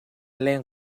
leng